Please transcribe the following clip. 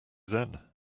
then